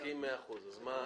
מסכים במאה אחוזים.